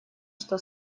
что